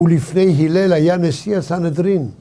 ולפני הלל היה נשיא הסנהדרין.